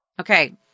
Okay